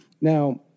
Now